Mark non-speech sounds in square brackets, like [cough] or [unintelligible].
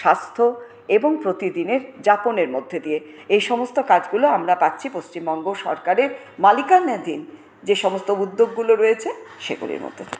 স্বাস্থ্য এবং প্রতিদিনের যাপনের মধ্যে দিয়ে এইসমস্ত কাজগুলো আমরা পাচ্ছি পশ্চিমবঙ্গ সরকারের মালিকানাধীন যে সমস্ত উদ্যোগগুলো রয়েছে সেগুলির মধ্য [unintelligible]